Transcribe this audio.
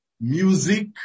music